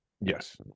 Yes